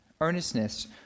earnestness